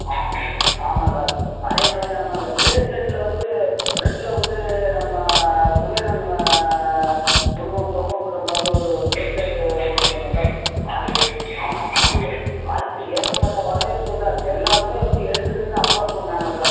ஆமாம் சார் ஆமாம் சார் அதே மாதிரி நம்ம இந்த ப்ரேஸ்லெட்டில் வந்து ஃப்ரெண்ட்டில் வந்து நம்ம குபேரன் உருவம் தொங்க விட்ற மாதிரி ஒரு ப்ரேஸ்லெட்டு போட்ருந்தோம்ல சார் அது ஆமாம் அது அதுக்கு ஏகப்பட்ட வரவேற்பு சார் எல்லோருமே வந்து எழுந்து நின்று அப்ளாஸ் பண்ணிணாங்க சார்